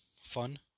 fun